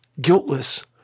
guiltless